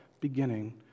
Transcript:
Beginning